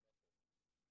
נכון.